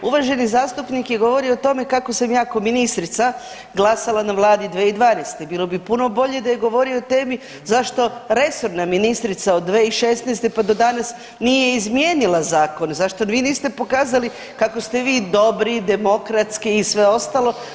Uvaženi zastupnik je govorio o tome kako sam ja ko ministrica glasala na Vladi 2012., bilo bi puno bolje da je govorio o temi zašto resorna ministrica od 2016. pa do danas nije izmijenila zakon, zašto vi niste pokazali kako ste vi dobri, demokratski i sve ostalo.